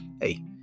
hey